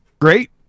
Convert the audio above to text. great